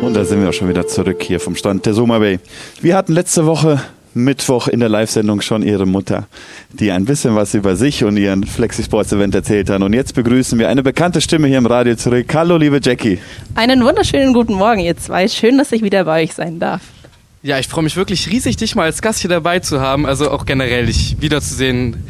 Und da sind wir auch schon wieder zurück hier vom Stand der Soma Bay. Wir hatten letzte Woche Mittwoch in der Live-Sendung schon ihre Mutter, die ein bisschen was über sich und ihren Flexi-Sports-Event erzählt hat. Und jetzt begrüßen wir eine bekannte Stimme hier im Radio zurück. Hallo, liebe Jackie. Einen wunderschönen guten Morgen, ihr zwei. Schön, dass ich wieder bei euch sein darf. Ja, ich freue mich wirklich riesig, dich mal als Gast hier dabei zu haben. Also auch generell dich wiederzusehen.